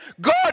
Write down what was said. God